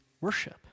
worship